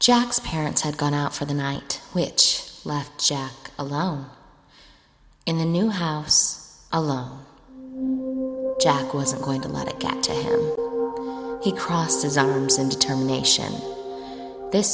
jack's parents had gone out for the night which left jack alone in a new house alone jack wasn't going to let it get to him he crossed his arms and determination th